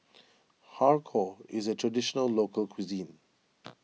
Har Kow is a Traditional Local Cuisine